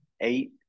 Eight